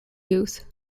youth